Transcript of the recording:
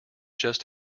just